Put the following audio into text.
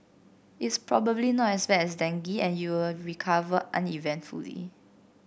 it's probably not as bad as dengue and you'll recover uneventfully